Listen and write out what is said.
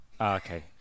okay